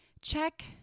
check